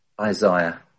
Isaiah